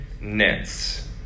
nets